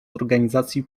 organizacji